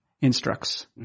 Instructs